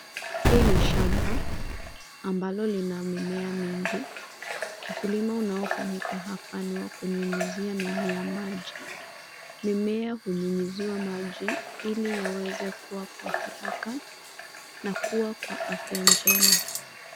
Hii ni shamba ambalo lina mimea mingi. Ukulima unaofanyika hapa ni wa kunyunyizia mimea maji. Mimea hunyunyiziwa maji ili yaweze kuwa kwa haraka na kuwa kwa afya njema.